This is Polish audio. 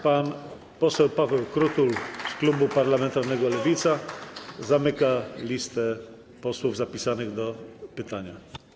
Pan poseł Paweł Krutul z klubu parlamentarnego Lewica zamyka listę posłów zapisanych do zadania pytania.